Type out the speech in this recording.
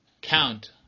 count